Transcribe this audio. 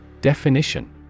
Definition